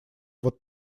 вот